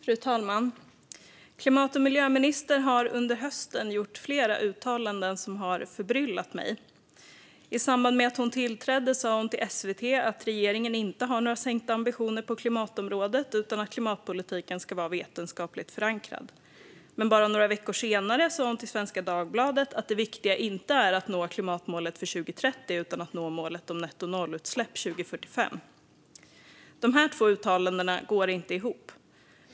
Fru talman! Klimat och miljöministern har under hösten gjort flera uttalanden som har förbryllat mig. I samband med att hon tillträdde sa hon till SVT att regeringen inte har några sänkta ambitioner på klimatområdet utan att klimatpolitiken ska vara vetenskapligt förankrad. Men bara några veckor senare sa hon till Svenska Dagbladet att det viktiga inte är att nå klimatmålet till 2030 utan att nå målet om nettonollutsläpp till 2045. Dessa två uttalanden går inte ihop.